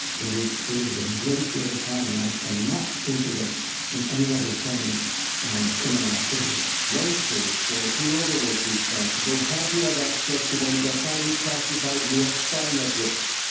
it has created a great deal of harm. and i cannot think of it in any other terms than criminal activity. reporter one source said whoever was responsible had to have access to one of the highly classified u s. spy networks.